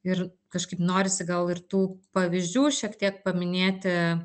ir kažkaip norisi gal ir tų pavyzdžių šiek tiek paminėti